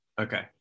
Okay